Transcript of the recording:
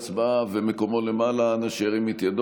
תקנות סמכויות מיוחדות להתמודדות עם נגיף הקורונה החדש (הוראת שעה)